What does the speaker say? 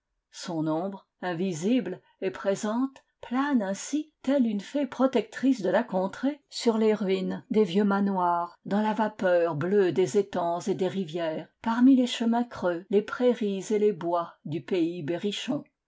son ombre invisible et présente plane ainsi telle une fée protectrice de la contrée sur les ruines des vieux manoirs dans la vapeur bleue des étangs et des rivières parmi les chemins creux les prairies et les bois du pays berrichon